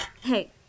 Hey